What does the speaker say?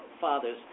father's